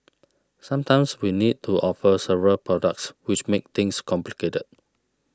sometimes we needed to offer several products which made things complicated